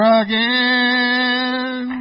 again